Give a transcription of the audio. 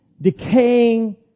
decaying